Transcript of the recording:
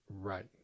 right